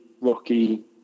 rocky